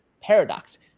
Paradox